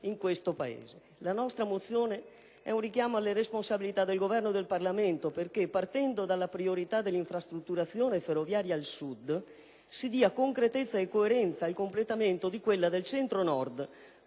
La nostra mozione è un richiamo alle responsabilità del Governo e del Parlamento perché, partendo dalla priorità dell'infrastrutturazione ferroviaria al Sud, si dia concretezza e coerenza al completamento di quella del Centro Nord,